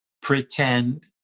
pretend